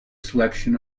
selection